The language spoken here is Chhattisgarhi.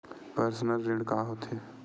पर्सनल ऋण का होथे?